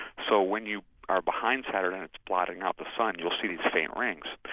so when you are behind saturn and it's blotting out the sun, you'll see the faint rings.